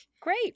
Great